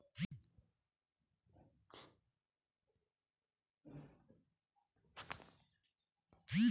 John Deere tractor पर कितना offer मिल सकता है?